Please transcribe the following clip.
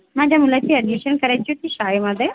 माझ्या मुलाची ॲडमिशन करायची होती शाळेमध्ये